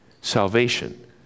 salvation